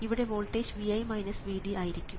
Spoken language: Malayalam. ഇവിടെ വോൾട്ടേജ് Vi Vd ആയിരിക്കും